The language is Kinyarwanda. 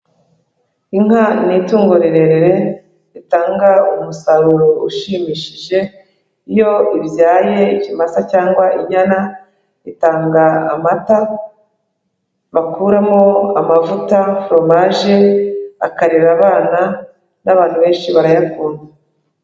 Inka ni itungo rirerire, ritanga umusaruro ushimishije, iyo ibyaye ikimasa cyangwa inyana, itanga amata, bakuramo amavuta, foromaje, akarera abana, n'abantu benshi barayakunda.